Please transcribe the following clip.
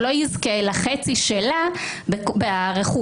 הוא לא יזכה לחצי שלה ברכוש,